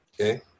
Okay